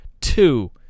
Two